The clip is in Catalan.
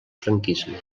franquisme